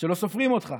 שלא סופרים אותך.